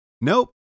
Nope